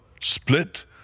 split